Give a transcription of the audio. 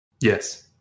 Yes